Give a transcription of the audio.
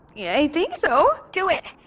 yeah i think so do it.